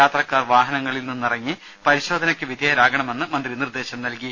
യാത്രക്കാർ വാഹനങ്ങളിൽ നിന്നിറങ്ങി പരിശോധനയ്ക്ക് വിധേയരാകണമെന്ന് മന്ത്രി നിർദ്ദേശം നൽകി